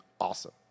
awesome